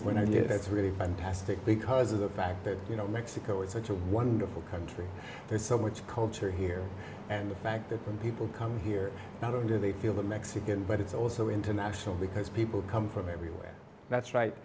when i hear that's really fantastic because of the fact that mexico is such a wonderful country there's so much culture here and the fact that when people come here not only do they feel that mexican but it's also international because people come from everywhere that's right